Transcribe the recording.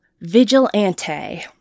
vigilante